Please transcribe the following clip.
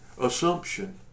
assumption